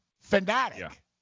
fanatic